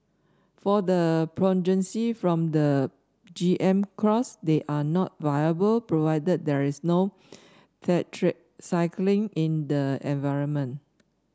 for the progeny's from the G M cross they are not viable provided there is no tetracycline in the environment